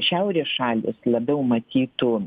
šiaurės šalys labiau matytų